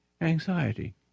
Anxiety